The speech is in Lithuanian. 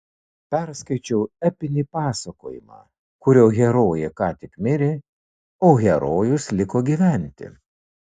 perskaičiau epinį pasakojimą kurio herojė ką tik mirė o herojus liko gyventi